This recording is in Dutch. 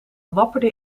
wapperde